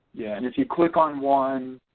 yeah, and if you click on one